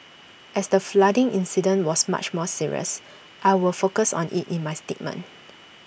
as the flooding incident was much more serious I will focus on IT in my statement